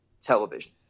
television